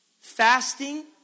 fasting